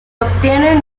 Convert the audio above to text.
obtienen